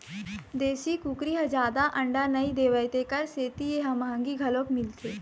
देशी कुकरी ह जादा अंडा नइ देवय तेखर सेती ए ह मंहगी घलोक मिलथे